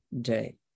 day